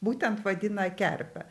būtent vadina kerpe